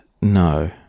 No